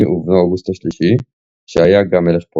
ובנו אוגוסט השלישי שהיה גם מלך פולין,